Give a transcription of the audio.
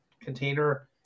container